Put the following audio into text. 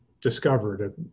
discovered